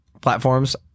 platforms